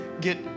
get